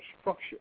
structure